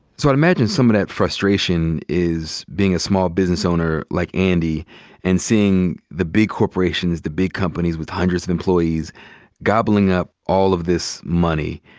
so i would imagine some of that frustration is being a small business owner like andy and seeing the big corporations, the big companies with hundred of employees gobbling up all of this money.